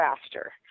faster